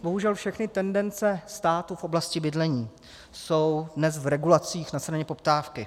Bohužel všechny tendence státu v oblasti bydlení jsou dnes v regulacích na straně poptávky.